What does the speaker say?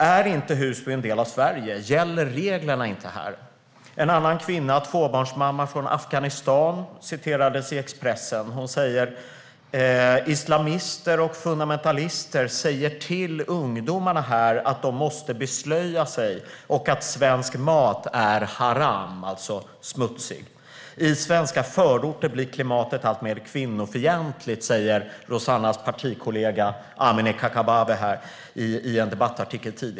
Är inte Husby en del av Sverige? Gäller inte reglerna här? En annan kvinna, en tvåbarnsmamma från Afghanistan citerades i Expressen, där hon sa att islamister och fundamentalister säger till ungdomarna att de måste beslöja sig och att svensk mat är "haram", alltså smutsig. I svenska förorter blir klimatet alltmer kvinnofientligt, säger Rossana Dinamarcas partikollega Amineh Kakabaveh i en debattartikel.